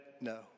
no